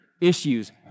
issues